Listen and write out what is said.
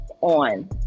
on